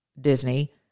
Disney